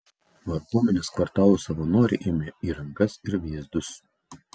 varguomenės kvartalų savanoriai ėmė į rankas ir vėzdus